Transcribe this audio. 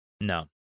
no